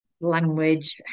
language